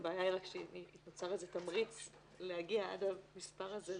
הבעיה היא שנוצר איזה תמריץ להגיע עד למספר הזה,